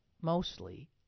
mostly